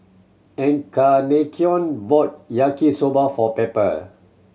Encarnacion bought Yaki Soba for Pepper